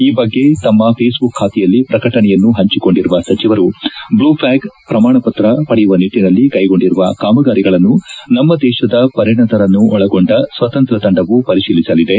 ಈ ಬಗ್ಗೆ ತಮ್ನ ಫೇಸ್ಬುಕ್ ಖಾತೆಯಲ್ಲಿ ಪ್ರಕಟಣೆಯನ್ನು ಪಂಚಿಕೊಂಡಿರುವ ಸಚಿವರು ಬ್ಲೂ ಫ್ಲಾಗ್ ಪ್ರಮಾಣಪತ್ರ ಪಡೆಯುವ ನಿಟ್ಟನಲ್ಲಿ ಕೈಗೊಂಡಿರುವ ಕಾಮಗಾರಿಗಳನ್ನು ನಮ್ಮ ದೇತದ ಪರಿಣತರನ್ನು ಒಳಗೊಂಡ ಸ್ವತಂತ್ರ ತಂಡವು ಪರಿತೀಲಿಸಲಿದೆ